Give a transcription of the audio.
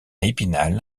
épinal